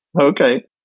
okay